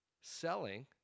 selling